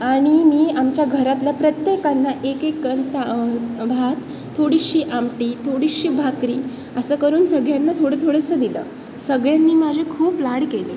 आणि मी आमच्या घरातल्या प्रत्येकांना एक एक करता भात थोडीशी आमटी थोडीशी भाकरी असं करून सगळ्यांना थोडंथोडंसं दिलं सगळ्यांनी माझे खूप लाड केले